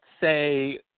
say